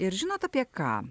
ir žinot apie ką